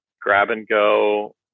grab-and-go